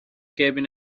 cabin